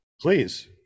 Please